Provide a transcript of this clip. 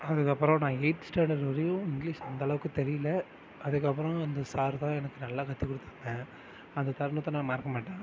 அதுக்கப்றம் நான் eighth standard வரையும் இங்கிலீஷ் அந்தளவுக்கு தெரியல அதுக்கப்பறம் அந்த சார் தான் எனக்கு நல்லா கற்று கொடுத்தாங்க அந்த தருணத்தை நான் மறக்க மாட்டேன்